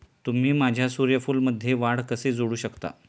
तुम्ही माझ्या सूर्यफूलमध्ये वाढ कसे जोडू शकता?